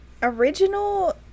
original